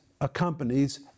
accompanies